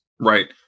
right